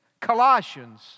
Colossians